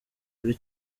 buri